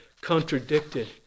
contradicted